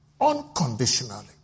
unconditionally